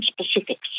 specifics